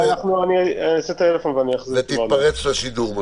אני אעשה טלפון ואני אחזיר תשובה עוד מעט.